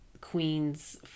Queen's